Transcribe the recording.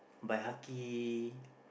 bihaki